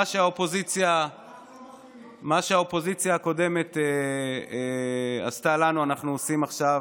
את מה שהקואליציה הקודמת עשתה לנו אנחנו עושים עכשיו.